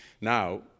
Now